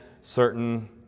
certain